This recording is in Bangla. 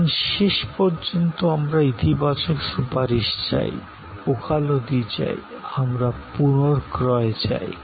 কারণ শেষ পর্যন্ত আমরা ইতিবাচক সুপারিশ চাই ওকালতি চাই আমরা পুনর্ক্রয় চাই